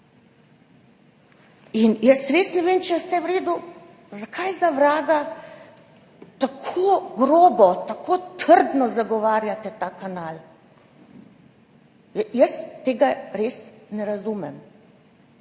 Res ne vem. Če je vse v redu, zakaj za vraga tako grobo, tako trdno zagovarjate ta kanal? Jaz tega res ne razumem.